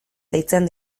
deitzen